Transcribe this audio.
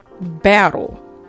battle